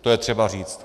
To je třeba říct.